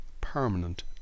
permanent